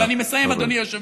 ואני מסיים, אדוני היושב-ראש,